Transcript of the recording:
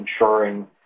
ensuring